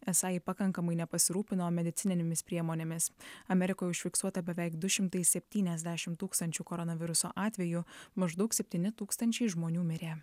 esą ji pakankamai nepasirūpino medicininėmis priemonėmis amerikoje užfiksuota beveik du šimtai septyniasdešim tūkstančių koronaviruso atvejų maždaug septyni tūkstančiai žmonių mirė